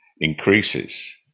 increases